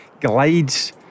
glides